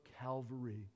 Calvary